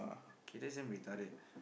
k that's damn retarded